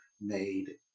made